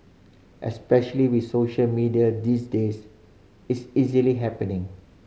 especially with social media these days it's easily happening